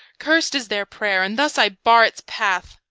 cursed is their prayer, and thus i bar its path,